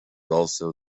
also